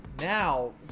now